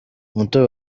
umutobe